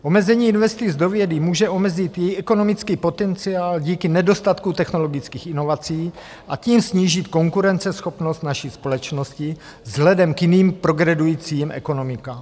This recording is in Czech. Omezení investic do vědy může omezit i ekonomický potenciál díky nedostatku technologických inovací, a tím snížit konkurenceschopnost naší společnosti vzhledem k jiným progredujícím ekonomikám.